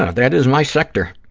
ah that is my sector.